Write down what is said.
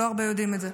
לא הרבה יודעים את זה.